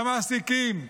למעסיקים,